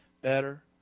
better